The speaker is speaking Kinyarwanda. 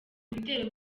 ibitero